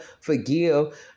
forgive